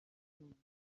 moon